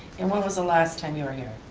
and when was the last time you were here?